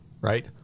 right